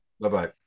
bye-bye